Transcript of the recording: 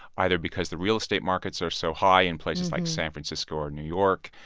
either because the real estate markets are so high in places like san francisco or new york,